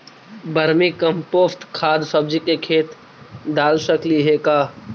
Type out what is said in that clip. Vermi compost खाद सब्जी के खेत दाल सकली हे का?